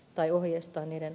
arvoisa puhemies